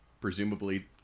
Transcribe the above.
presumably